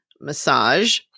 massage